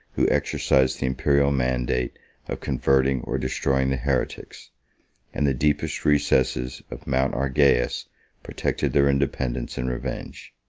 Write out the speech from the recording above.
who exercised the imperial mandate of converting or destroying the heretics and the deepest recesses of mount argaeus protected their independence and revenge.